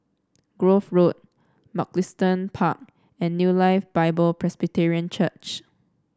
Grove Road Mugliston Park and New Life Bible Presbyterian Church